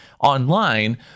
online